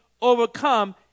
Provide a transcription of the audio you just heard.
overcome